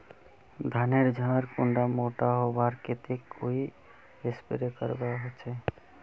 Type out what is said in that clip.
धानेर झार कुंडा मोटा होबार केते कोई स्प्रे करवा होचए?